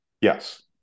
Yes